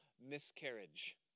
miscarriage